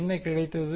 என்ன கிடைத்தது